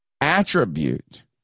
attribute